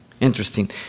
Interesting